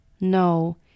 No